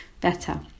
better